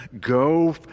go